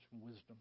wisdom